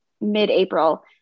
mid-April